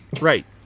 Right